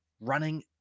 running